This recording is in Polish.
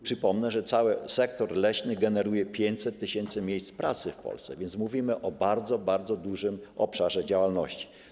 Przypomnę, że cały sektor leśny generuje 500 tys. miejsc pracy w Polsce, więc mówimy o bardzo dużym obszarze działalności.